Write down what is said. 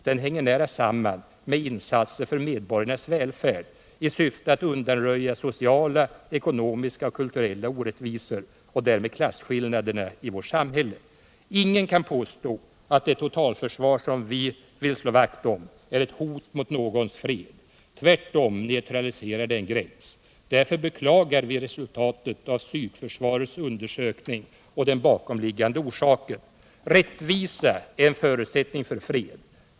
Den hänger nära samman med insatser för medborgarnas välfärd — i syfte att undanröja sociala, ekonomiska och kulturella orättvisor och därmed klasskillnaderna i vårt samhälle.” Ingen kan påstå att det totalförsvar som vi vill slå vakt om är ett hot mot någons fred. Tvärtom neutraliserar det en gräns. Därför beklagar vi resultatet av psykförsvarets undersökning och den bakomliggande orsaken. Rättvisa är en förutsättning för fred.